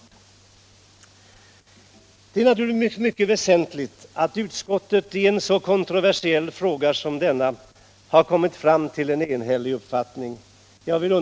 Jag vill understryka att det naturligtvis är mycket väsentligt att utskottet i en så kontroversiell fråga som denna har en enhetlig uppfattning.